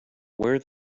wear